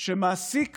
שמעסיק